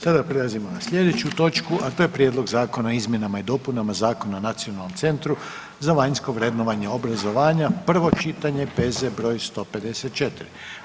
Sada prelazimo na slijedeću točku, a to je: - Prijedlog Zakona o izmjenama i dopunama Zakona o Nacionalnom centru za vanjsko vrednovanje obrazovanja, prvo čitanje, P.Z. broj 154.